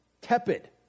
Tepid